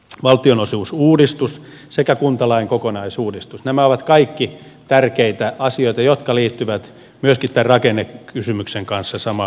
valtionosuusuudistus sekä kuntalain kokonaisuudistus nämä ovat kaikki tärkeitä asioita jotka liittyvät myöskin tämän rakennekysymyksen kanssa samaan kokonaisuuteen